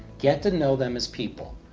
get to know them as people.